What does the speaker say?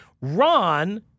Ron